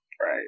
Right